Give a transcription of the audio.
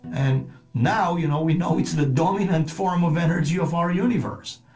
and now, you know, we know it's the dominant form of energy of our universe.